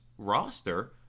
roster